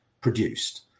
produced